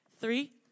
Three